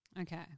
Okay